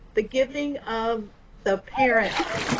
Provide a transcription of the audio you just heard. the giving of the parents,